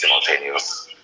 simultaneous